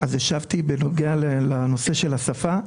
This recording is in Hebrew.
אז השבתי בנוגע לנושא של השפה,